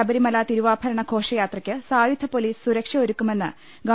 ശബരിമല തിരുവാഭരണ ഘോഷയാത്രക്ക് സായു ധ പൊലീസ് സുരക്ഷ ഒരുക്കുമെന്ന് ഗവ